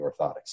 orthotics